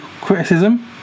criticism